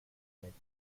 makes